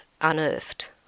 Unearthed